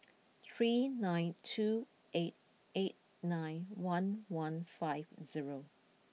three nine two eight eight nine one one five zero